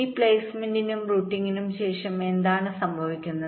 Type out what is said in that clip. ഈ പ്ലേസ്മെന്റിനും റൂട്ടിംഗിനും ശേഷം എന്താണ് സംഭവിക്കുന്നത്